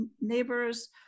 neighbors